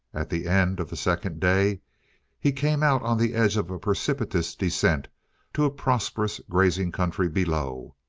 at the end of the second day he came out on the edge of a precipitous descent to a prosperous grazing country below.